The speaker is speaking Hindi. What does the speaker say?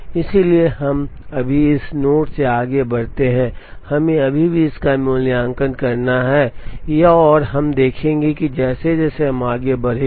इसलिए हम अभी इस नोड से आगे बढ़ते हैं हमें अभी भी इसका मूल्यांकन करना है यह और यह हम देखेंगे कि जैसे जैसे हम आगे बढ़ेंगे